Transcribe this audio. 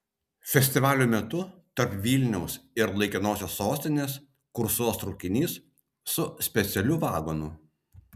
festivalio metu tarp vilniaus ir laikinosios sostinės kursuos traukinys su specialiu vagonu